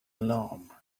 alarm